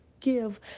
give